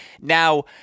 Now